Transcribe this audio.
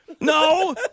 No